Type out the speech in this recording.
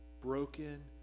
broken